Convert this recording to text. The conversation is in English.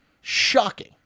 shocking